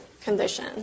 condition